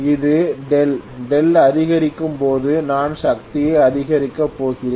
இது δ δ அதிகரிக்கும் போது நான் சக்தியை அதிகரிக்கப் போகிறேன்